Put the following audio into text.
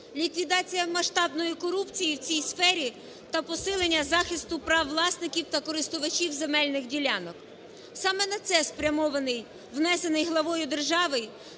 ліквідація масштабної корупції в цій сфері та посилення захисту прав власників та користувачів земельних ділянок. Саме на це спрямований внесений главою держави